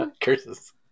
curses